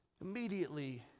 immediately